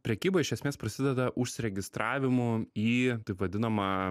prekyba iš esmės prasideda užsiregistravimu į taip vadinamą